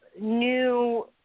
new